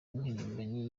n’impirimbanyi